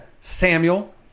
Samuel